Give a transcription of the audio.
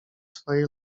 swojej